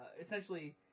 essentially